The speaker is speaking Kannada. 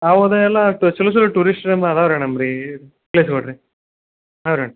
ಹೌದ ಎಲ್ಲ ಆಗ್ತದೆ ಛಲೋ ಛಲೋ ಟೂರಿಸ್ಟ್ ಅದಾವೆ ಮೇಡಮ್ ರೀ ಪ್ಲೇಸ್ಗಳ್ ರೀ ಹಾಂ ರೀ